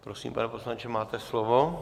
Prosím, pane poslanče, máte slovo.